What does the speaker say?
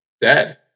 dead